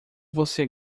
você